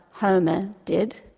homer did.